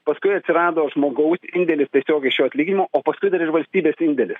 paskui atsirado žmogaus indėlis tiesiog iš jo atlyginimo o paskui dar ir valstybės indėlis